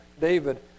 David